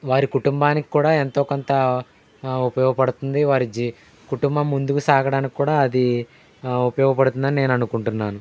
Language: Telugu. వారి కుటుంబానికి కూడా ఎంతో కొంత ఉపయోగపడుతుంది వారి జీ కుటుంబం ముందుకు సాగడానికి కూడా అది ఉపయోగపడుతుంది అని నేను అనుకుంటున్నాను